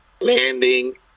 landing